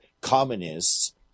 communists